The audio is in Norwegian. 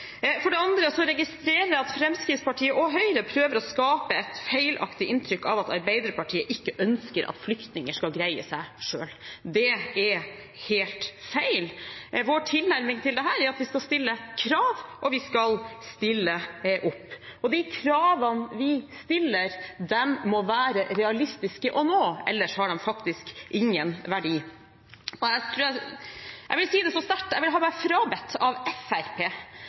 For det andre registrerer jeg at Fremskrittspartiet og Høyre prøver å skape et feilaktig inntrykk, at Arbeiderpartiet ikke ønsker at flyktninger skal greie seg selv. Det er helt feil. Vår tilnærming til dette er at vi skal stille krav, og vi skal stille opp. De kravene vi stiller, må det være realistisk å nå, ellers har de ingen verdi. Jeg vil si det så sterkt: Jeg vil ha meg frabedt